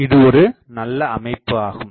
இது ஒரு நல்ல அமைப்பாகும்